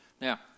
now